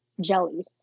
jelly